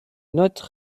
notes